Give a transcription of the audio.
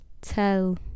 tell